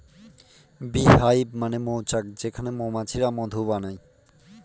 bee hive মানে মৌচাক যেখানে মৌমাছিরা মধু বানায়